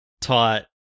taught